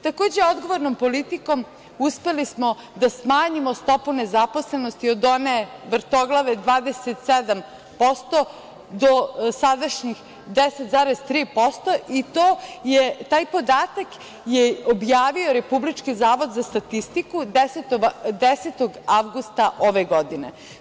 Takođe, odgovornom politikom uspeli smo da smanjimo stopu nezaposlenosti od one vrtoglave 27% do sadašnjih 10,3% i taj podatak je objavio Republički zavod za statistiku 10. avgusta ove godine.